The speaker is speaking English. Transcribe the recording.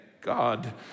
God